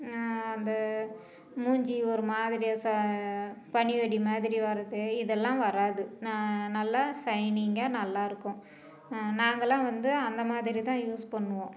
அந்த மூஞ்சி ஒரு மாதிரியாக செ பனிவெடி மாதிரி வர்ரது இதெல்லாம் வராது ந நல்லா சைனிங்காக நல்லாயிருக்கும் நாங்கெல்லாம் வந்து அந்த மாதிரி தான் யூஸ் பண்ணுவோம்